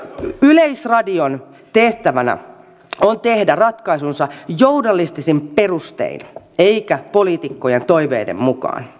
yleisradion tehtävänä on tehdä ratkaisunsa journalistisin perustein eikä poliitikkojen toiveiden mukaan